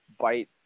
bite